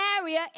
area